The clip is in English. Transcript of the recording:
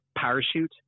Parachute